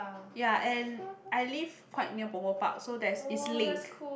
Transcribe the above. ya and I live quite near Punggol Park so that's it's linked